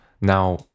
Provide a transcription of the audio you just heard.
Now